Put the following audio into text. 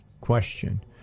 question